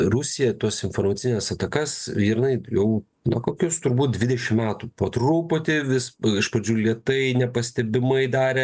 rusija tuos informacines atakas jinai jau nu kokius turbūt dvidešim metų po truputį vis iš pradžių lėtai nepastebimai darė